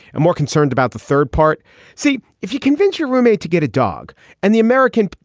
i'm more concerned about the third part see if you convince your roommate to get a dog and the american.